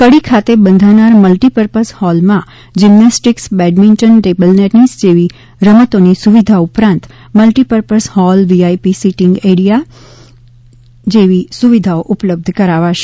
કડી ખાતે બંધાનાર મલ્ટિપર્પઝ હોલમાં જીમ્નેસ્ટીક્સ બેડમિન્ટન ટેબલ ટેનિસ જેવી રમતોની સુવિધા ઉપરાંત multi purpose hall VIP seating area store room waiting room જેવી સુવિધાઓ ઉપલબ્ધ કરાવાશે